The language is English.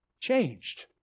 changed